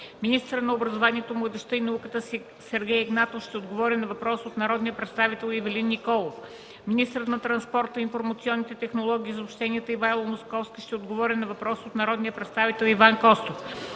министърът на образованието, младежта и науката Сергей Игнатов ще отговори на въпрос от народния представител Ивелин Николов; - министърът на транспорта, информационните технологии и съобщенията Ивайло Московски ще отговори на въпрос от народния представител Иван Костов;